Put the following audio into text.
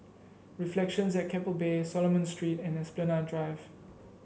Reflections at Keppel Bay Solomon Street and Esplanade Drive